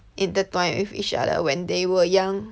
intertwined with each other when they were young